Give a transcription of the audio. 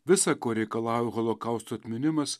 visa ko reikalauja holokausto atminimas